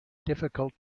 difficult